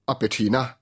Apetina